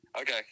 Okay